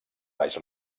baix